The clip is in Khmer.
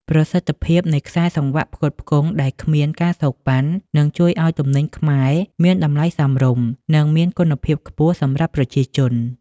ប្រសិទ្ធភាពនៃខ្សែសង្វាក់ផ្គត់ផ្គង់ដែលគ្មាន ការសូកប៉ាន់ នឹងជួយឱ្យទំនិញខ្មែរមានតម្លៃសមរម្យ និងមានគុណភាពខ្ពស់សម្រាប់ប្រជាជន។